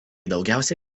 daugiausia